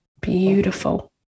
beautiful